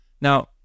now